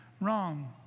wrong